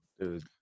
Dude